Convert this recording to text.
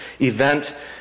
event